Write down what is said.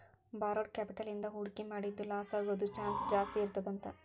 borrowed Capital ಇಂದಾ ಹೂಡ್ಕಿ ಮಾಡಿದ್ದು ಲಾಸಾಗೊದ್ ಚಾನ್ಸ್ ಜಾಸ್ತೇಇರ್ತದಂತ